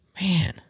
Man